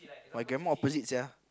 my grandma opposite sia